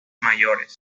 mayores